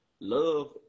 Love